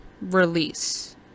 release